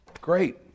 great